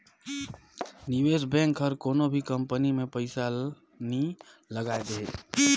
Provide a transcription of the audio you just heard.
निवेस बेंक हर कोनो भी कंपनी में पइसा नी लगाए देहे